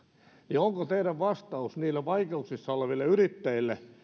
niin onko teidän vastauksenne niille vaikeuksissa oleville yrittäjille